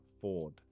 Ford